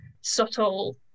subtle